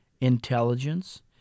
intelligence